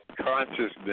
consciousness